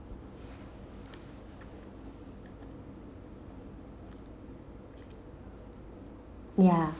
ya